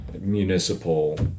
municipal